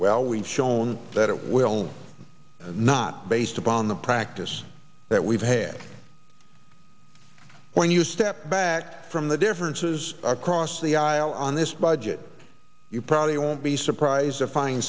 well we've shown that it will not based upon the practice that we've had when you step back from the differences across the aisle on this budget you probably won't be surprised to find